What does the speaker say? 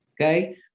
Okay